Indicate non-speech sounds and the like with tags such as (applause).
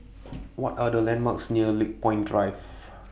(noise) What Are The landmarks near Lakepoint Drive (noise)